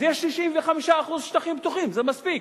אז יש 65% שטחים פתוחים, זה מספיק.